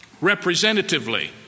representatively